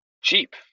cheap